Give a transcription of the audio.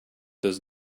does